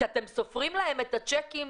כשאתם סופרים להם את השיקים,